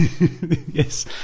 Yes